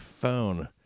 phone